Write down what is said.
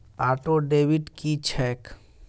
Auto debit की छैक?